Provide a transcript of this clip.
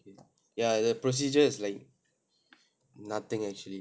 ya the procedure is like nothing actually